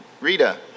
Rita